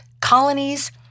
colonies